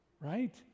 right